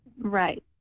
Right